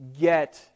Get